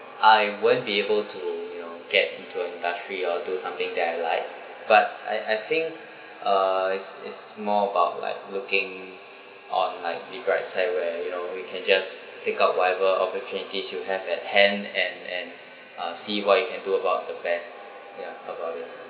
I won't be able to you know get into an industry or do something that I like but I I think uh is it's more about like looking on like the bright side where you know you can just take out whatever opportunities you have at hand and and uh see what you can do about the phase ya how about you